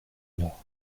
nord